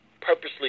purposely